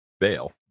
bail